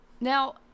Now